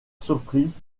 surprise